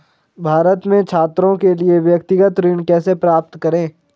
भारत में छात्रों के लिए व्यक्तिगत ऋण कैसे प्राप्त करें?